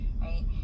right